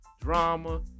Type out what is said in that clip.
drama